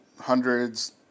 hundreds